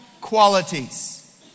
qualities